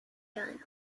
journals